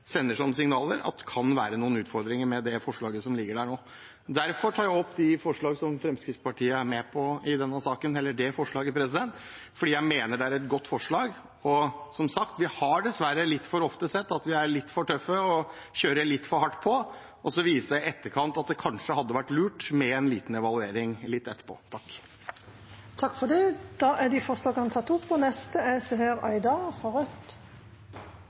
sender signaler om at kan være utfordringer med det forslaget som ligger der nå. Derfor tar jeg opp det forslaget som Fremskrittspartiet er med på i denne saken, fordi jeg mener det er et godt forslag. Og som sagt: Vi har dessverre litt for ofte sett at vi er litt for tøffe og kjører litt for hardt på, og så viser det seg i etterkant at det kanskje hadde vært lurt med en liten evaluering litt etterpå. Representanten Bård Hoksrud har tatt opp det forslaget han refererte til. Jeg ønsker å forklare hvorfor Rødt